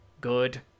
good